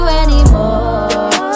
anymore